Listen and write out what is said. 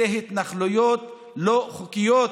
אלה התנחלויות לא חוקיות